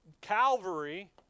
Calvary